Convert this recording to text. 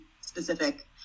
specific